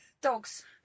Dogs